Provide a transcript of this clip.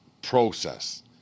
Process